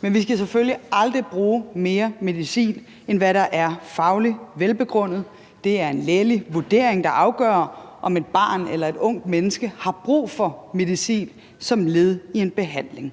Men vi skal selvfølgelig aldrig bruge mere medicin, end hvad der er fagligt velbegrundet; det er en lægelig vurdering, der afgør, om et barn eller et ungt menneske har brug for medicin som led i en behandling.